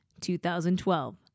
2012